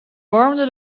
warmde